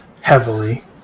heavily